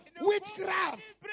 Witchcraft